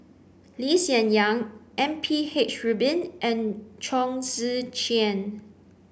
Lee Hsien Yang M P H Rubin and Chong Tze Chien